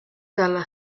dalla